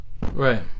right